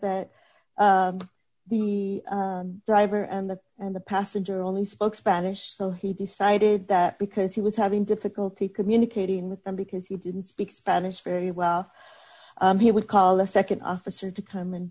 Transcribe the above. that the driver and the and the passenger only spoke spanish so he decided that because he was having difficulty communicating with them because he didn't speak spanish very well he would call a nd officer to come and